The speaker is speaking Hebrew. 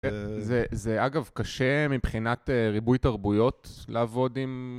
זה אגב קשה מבחינת ריבוי תרבויות לעבוד עם